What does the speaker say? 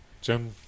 Jim